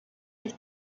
its